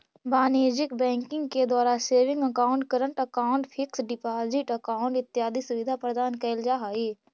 वाणिज्यिक बैंकिंग के द्वारा saving account, current account, fix deposit account इत्यादि सुविधा प्रदान कैल जा हइ